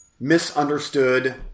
misunderstood